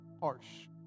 harsh